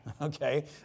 Okay